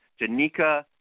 Janika